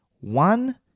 One